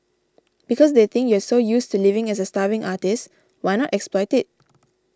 because they think you're used to living as a starving artist why not exploit it